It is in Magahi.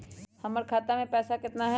हमर खाता मे पैसा केतना है?